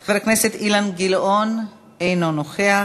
חבר הכנסת אילן גילאון אינו נוכח,